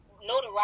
notoriety